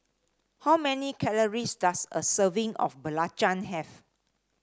how many calories does a serving of belacan have